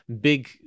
big